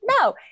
No